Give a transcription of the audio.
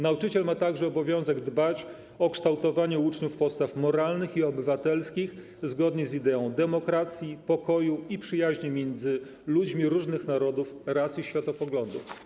Nauczyciel ma także obowiązek dbać o kształtowanie u uczniów postaw moralnych i obywatelskich zgodnie z ideą demokracji, pokoju i przyjaźni między ludźmi różnych narodów, ras i światopoglądów.